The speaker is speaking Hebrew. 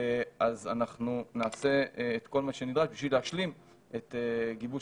אז אנחנו נעשה את כל מה שנדרש בשביל להשלים את גיבוש